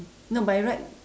no by right